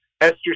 Esther